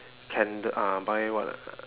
candle uh buy what ah